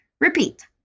Repeat